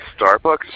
Starbucks